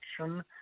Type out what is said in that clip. action